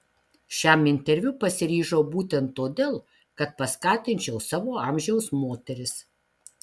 šiam interviu pasiryžau būtent todėl kad paskatinčiau savo amžiaus moteris